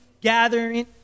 gathering